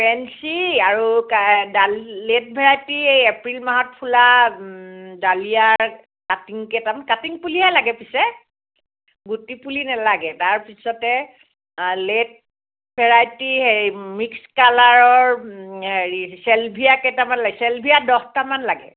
পেঞ্চি আৰু ডাল late variety এই এপ্ৰিল মাহত ফুলা ডালিয়া কাটিঙ কেইটামান কাটিঙ পুলিয়ে লাগে পিছে গুটি পুলি নেলাগে তাৰপিছতে লে'ট ভেৰাইটি সেই মিক্স কালাৰৰ হেৰি ছেলভিয়া কেইটামান ছেলভিয়া দছটামান লাগে